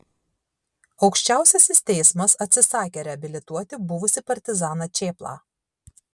aukščiausiasis teismas atsisakė reabilituoti buvusį partizaną čėplą